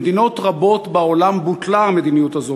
במדינות רבות בעולם בוטלה המדיניות הזאת,